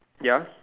ya